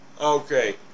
Okay